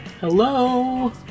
hello